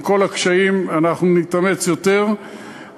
עם כל הקשיים, אנחנו נתאמץ יותר ונעשה,